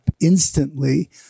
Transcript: instantly